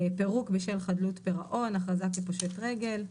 פירוק בשל חדלות פירעון הכרזה כפושט רגל.